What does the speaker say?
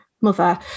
Mother